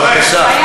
בבקשה.